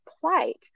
plight